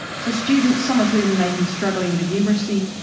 so students, some of whom may be struggling with numeracy,